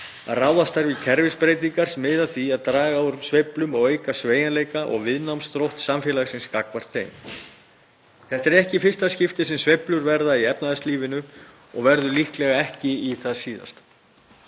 að ráðast þarf í kerfisbreytingar sem miða að því að draga úr sveiflum og auka sveigjanleika og viðnámsþrótt samfélagsins gagnvart þeim. Þetta er ekki í fyrsta skipti sem sveiflur verða í efnahagslífinu og verður líklega ekki í það síðasta.